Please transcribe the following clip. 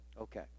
Okay